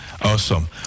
Awesome